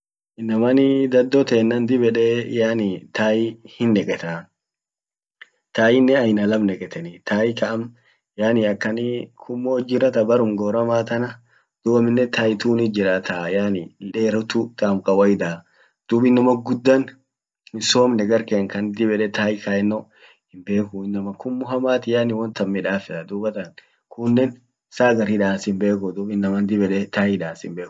Innamanii daddo tenna dib yede yani tie hin neqetaa tie nen aina lam neqetani tie ka am yani akan kummot jira ta berrum gorama tana dub aminen tie tunit jiraa taa yani hinderetu tam kawaida dum innaman gudda hinsomne gar kenn kan dib yede tie kayenno hinbeku innama kummo hamat yani won tan midasa dubatan kunen saa hagar hidans hinbekuu duub innaman dib yede tie hidans hinbeku.